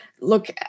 look